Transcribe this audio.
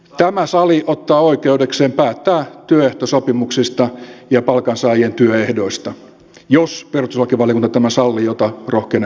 tämä sali ottaa oikeudekseen päättää työehtosopimuksista ja palkansaajien työehdoista jos perustuslakivaliokunta tämän sallii mitä rohkenen epäillä